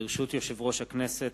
ברשות יושב-ראש הכנסת,